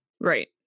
Right